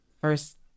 first